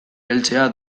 heltzea